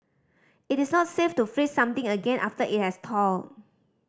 it is not safe to freeze something again after it has thawed